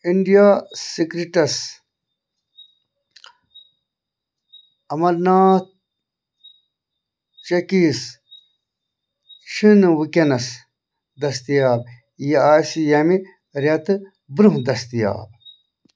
India سِکرِٹَس اَمرناتھ چَکیٖز چھِنہٕ وٕنۍکٮ۪نَس دٔستِیاب یہِ آسہِ ییٚمہِ رٮ۪تہٕ برٛونٛہہ دٔستِیاب